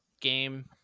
game